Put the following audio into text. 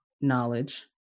knowledge